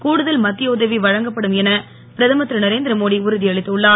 கூடுதல் மத்திய உதவி வழங்கப்படும் என பிரதமர் திரு நரேந்திரமோடி உறுதியளித்துள்ளார்